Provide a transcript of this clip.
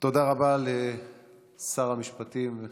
תודה רבה לשר המשפטים,